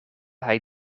hij